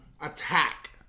attack